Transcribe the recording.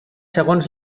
segons